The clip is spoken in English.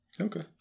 Okay